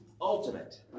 ultimate